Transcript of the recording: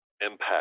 impact